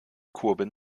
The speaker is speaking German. kurbeln